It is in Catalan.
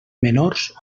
menors